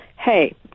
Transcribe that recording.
hey